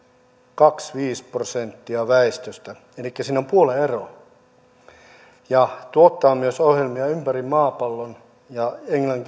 kaksi viisi prosenttia väestöstä siinä on puolen ero se tuottaa myös ohjelmia ympäri maapallon ja